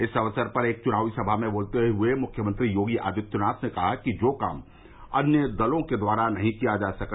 इस अवसर पर एक चुनावी सभा में बोलते हुए मुख्यमंत्री योगी आदित्यनाथ ने कहा जो काम अन्य दलों के द्वारा नहीं किये जा सके